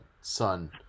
son